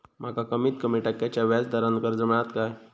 माका कमीत कमी टक्क्याच्या व्याज दरान कर्ज मेलात काय?